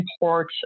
import